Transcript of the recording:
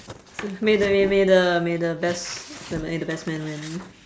may the may may the may the best may the best man win